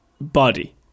body